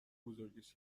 بزرگش